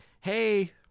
hey